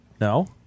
No